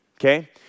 okay